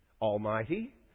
Almighty